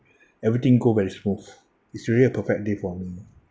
everything go very smooth it's really a perfect day for me